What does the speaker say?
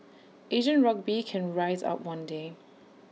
Asian rugby can rise up one day